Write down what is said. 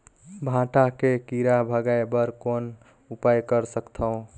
भांटा के कीरा भगाय बर कौन उपाय कर सकथव?